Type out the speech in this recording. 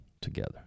together